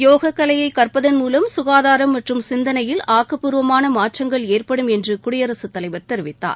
யோக கலையை கற்பதன் மூலம் சுகாதாரம் மற்றும் சிந்தனையில் ஆக்கப்பூர்வமான மாற்றங்கள் ஏற்படும் என்று குடியரசு தலைவர் தெரிவித்தார்